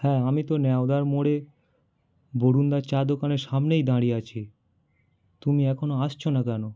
হ্যাঁ আমি তো ন্যাওদার মোড়ে বরুণ দার চা দোকানের সামনেই দাঁড়িয়ে আছি তুমি এখনো আসছো না কেনো